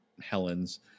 Helens